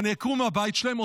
שנעקרו מהבית שלהם,